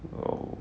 oh